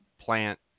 plant